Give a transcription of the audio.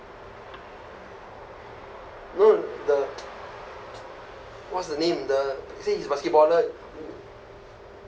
no the what's the name the he say he's basketballer